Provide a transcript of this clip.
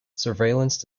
surveillance